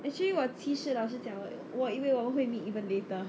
actually 我其实老实讲我以为我会 meet even later